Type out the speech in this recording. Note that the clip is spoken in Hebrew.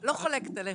לא חולקת עליך.